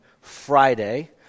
Friday